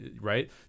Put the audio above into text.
Right